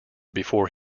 before